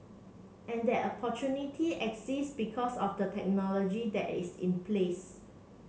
and that opportunity exists because of the technology that is in place